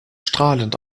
strahlend